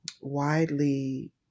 widely